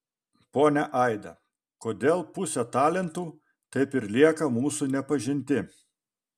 ponia aida kodėl pusė talentų taip ir lieka mūsų nepažinti